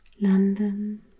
London